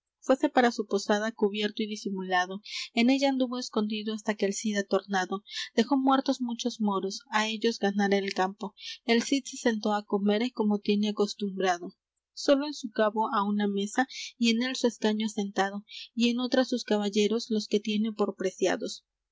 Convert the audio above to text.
para su posada cubierto y disimulado en ella anduvo escondido hasta que el cid ha tornado dejó muertos muchos moros á ellos ganara el campo el cid se sentó á comer como tiene acostumbrado solo en su cabo á una mesa y en el su escaño asentado y en otra sus caballeros los que tiene por preciados